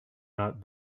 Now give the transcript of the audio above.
not